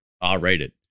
R-rated